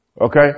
Okay